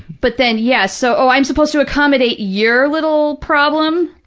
but then, yeah, so, oh, i'm supposed to accommodate your little problem?